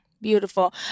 Beautiful